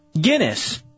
Guinness